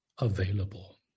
available